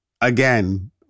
again